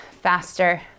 faster